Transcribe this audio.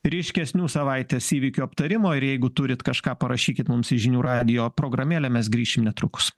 ryškesnių savaitės įvykių aptarimo ir jeigu turit kažką parašykit mums į žinių radijo programėlę mes grįšim netrukus